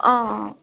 অ' অ'